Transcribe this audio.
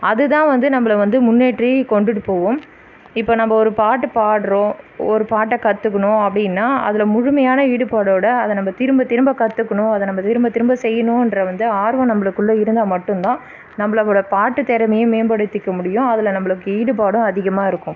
அது தான் வந்து நம்பளை வந்து முன்னேற்றி கொண்டுகிட்டு போவும் இப்போ நம்ப ஒரு பாட்டு பாடுறோம் ஒரு பாட்டை கற்றுக்கணும் அப்படின்னா அதில் முழுமையான ஈடுபாடோட அதை நம்ப திரும்ப திரும்ப கற்றுக்கணும் அதை நம்ப திரும்ப திரும்ப செய்யணுன்ற வந்து ஆர்வம் நம்பளுக்குள்ளே இருந்தால் மட்டும்தான் நம்பளோட பாட்டுத்திறமையும் மேம்படுத்திக்க முடியும் அதில் நம்பளுக்கு ஈடுபாடும் அதிகமாக இருக்கும்